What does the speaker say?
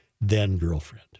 then-girlfriend